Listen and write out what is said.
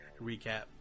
recap